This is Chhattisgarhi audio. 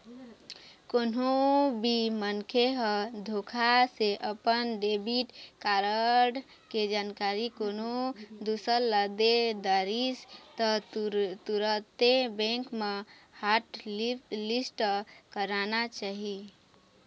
कोनो भी मनखे ह धोखा से अपन डेबिट कारड के जानकारी कोनो दूसर ल दे डरिस त तुरते बेंक म हॉटलिस्ट कराना चाही